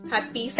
Happy